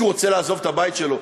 אם מישהו רוצה לעזוב את הבית שלו,